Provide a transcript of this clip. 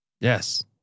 Yes